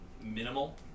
minimal